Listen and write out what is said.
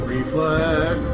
Reflex